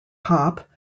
pop